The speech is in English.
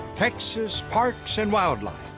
texas parks and wildlife,